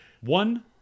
One